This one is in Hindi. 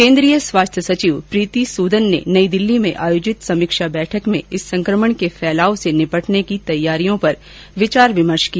केन्द्रीय स्वास्थ्य सचिव प्रीति सूदन ने नई दिल्ली में आयोजित समीक्षा बैठक में इस संक्रमण के फैलाव से निपटने की तैयारियों पर विचार विमर्श किया